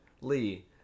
Lee